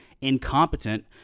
incompetent